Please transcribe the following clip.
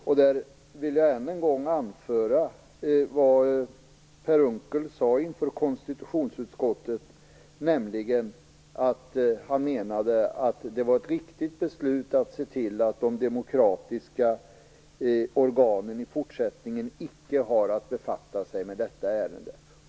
Jag vill än en gång anföra vad Per Unckel sade inför konstitutionsutskottet, nämligen att han menade att det var ett riktigt beslut att se till att de demokratiska organen i fortsättningen icke har att befatta sig med detta ärende.